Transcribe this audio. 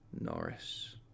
Norris